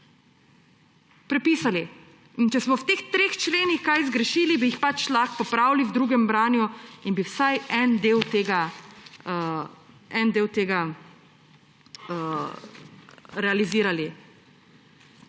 in če smo v teh treh členih kaj zgrešili, bi jih lahko popravili v drugem branju in bi vsaj en del tega realizirali.